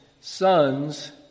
sons